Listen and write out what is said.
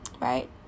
Right